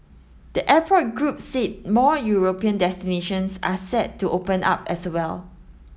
the airport group said more European destinations are set to open up as well